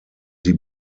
sie